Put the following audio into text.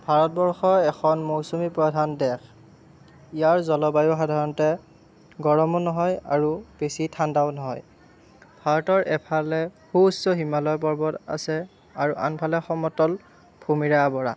ভাৰতবৰ্ষ এখন মৌচুমী প্ৰধান দেশ ইয়াৰ জলবায়ু সাধাৰণতে গৰমো নহয় আৰু বেছি ঠাণ্ডাও নহয় ভাৰতৰ এফালে সুউচ্চ হিমালয় পৰ্বত আছে আৰু আনফালে সমতল ভূমিৰে আৱৰা